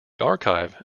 archive